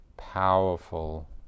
Powerful